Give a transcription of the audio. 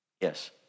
Yes